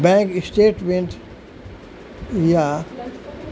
bank statement یا